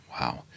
Wow